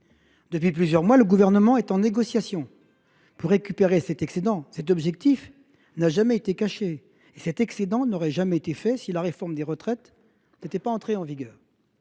Depuis plusieurs mois, le Gouvernement mène des négociations pour récupérer cet excédent. Cet objectif n’a jamais été caché. En effet, cet excédent n’aurait jamais existé si la réforme des retraites n’était pas entrée en vigueur.